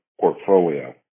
portfolio